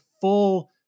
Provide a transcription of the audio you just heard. full